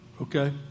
Okay